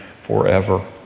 forever